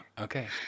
Okay